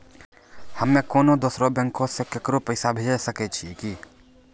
हम्मे कोनो दोसरो बैंको से केकरो पैसा भेजै सकै छियै कि?